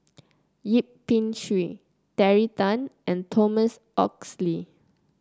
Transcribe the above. Yip Pin Xiu Terry Tan and Thomas Oxley